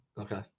Okay